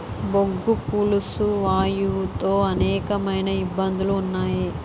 బొగ్గు పులుసు వాయువు తో అనేకమైన ఇబ్బందులు ఉన్నాయి